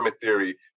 theory